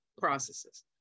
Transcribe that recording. processes